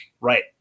right